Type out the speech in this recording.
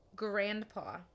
grandpa